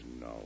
no